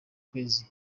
kwezi